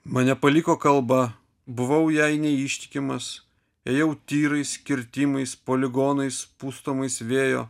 mane paliko kalba buvau jai neištikimas ėjau tyrais kirtimais poligonais pustomais vėjo